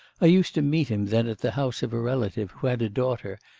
ah used to meet him then at the house of a relative, who had a daughter,